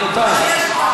רבותי.